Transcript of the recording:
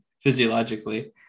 physiologically